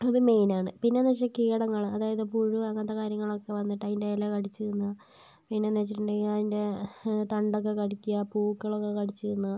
അത് മെയിൻ ആണ് പിന്നേന്ന് വെച്ചാൽ കീടങ്ങള് അതായത് പുഴു അങ്ങനത്തെ കാര്യങ്ങളൊക്കെ വന്നിട്ട് അതിൻ്റെ ഇല കടിച്ച് തിന്നുക പിന്നെ എന്ന് വെച്ചിട്ടുണ്ടെങ്കിൽ അതിൻ്റെ തണ്ട് ഒക്കെ കടിക്കുക പൂക്കള് ഒക്കെ കടിച്ച് തിന്നുക